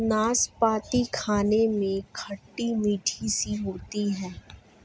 नाशपती खाने में खट्टी मिट्ठी सी होती है